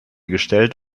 gestellt